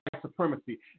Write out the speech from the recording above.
supremacy